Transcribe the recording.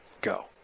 go